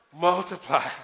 multiply